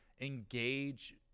engage